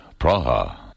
Praha